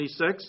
26